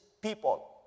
people